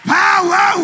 power